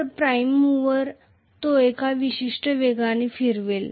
तर prime mover तो एका विशिष्ट वेगाने फिरवेल